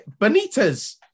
Benitez